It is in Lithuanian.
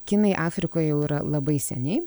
kinai afrikoje jau yra labai seniai